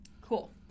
cool